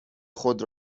خود